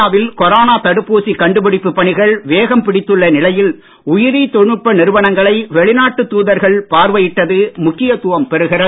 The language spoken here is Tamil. இந்தியாவில் கொரோனா தடுப்பூசி கண்டுபிடிப்பு பணிகள் வேகம் பிடித்துள்ள நிலையில் உயிரி தொழில்நுட்ப நிறுவனங்களை வெளிநாட்டு தூதர்கள் பார்வையிட்டது முக்கியத்துவம் பெறுகிறது